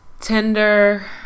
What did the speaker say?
Tinder